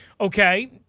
Okay